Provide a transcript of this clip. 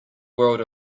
world